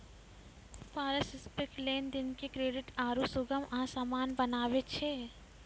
पारस्परिक लेन देन के क्रेडिट आरु सुगम आ असान बनाबै छै